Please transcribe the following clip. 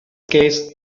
case